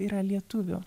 yra lietuvių